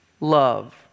love